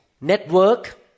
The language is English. network